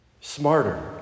smarter